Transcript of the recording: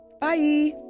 Bye